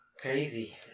Crazy